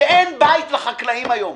ואין בית לחקלאים היום.